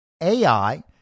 AI